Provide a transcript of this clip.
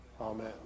Amen